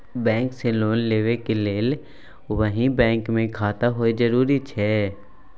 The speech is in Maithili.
बैंक से लोन लेबै के लेल वही बैंक मे खाता होय जरुरी छै?